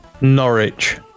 Norwich